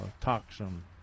toxin